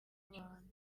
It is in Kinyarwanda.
abantu